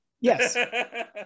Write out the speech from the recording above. Yes